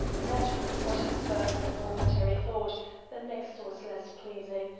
that was but his first and momentary thought the next was less pleasing,